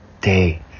day